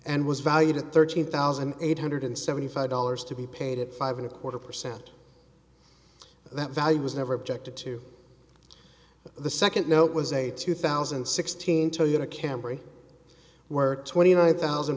and was valued at thirteen thousand eight hundred seventy five dollars to be paid at five and a quarter percent that value was never objected to the second note was a two thousand and sixteen toyota camry where twenty nine thousand